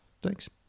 Thanks